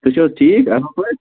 تُہۍ چھِو حظ ٹھیٖک اَصٕل پٲٹھۍ